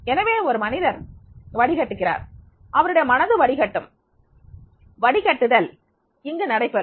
எனவே ஒரு மனிதர் வடிகட்டுவார் அவருடைய மனது வடிகட்டும் வடிகட்டுதல் இங்கு நடைபெறும்